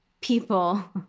people